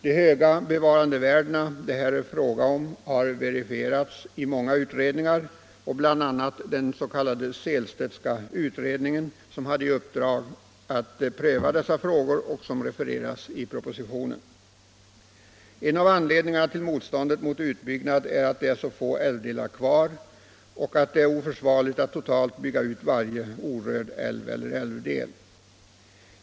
De höga bevarandevärden som det här är fråga om har verifierats i många utredningar, bl.a. av den s.k. Sehlstedtska utredningen som hade i uppdrag att pröva dessa frågor och som refereras i propositionen. En av anledningarna till motståndet mot utbyggnad är att det är så få outbyggda älvar eller älvdelar kvar och att det är oförsvarligt att totalt bygga ut varje orörd älv eller älvdel.